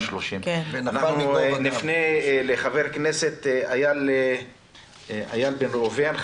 30. אנחנו נפנה לחבר הכנסת איל בן ראובן,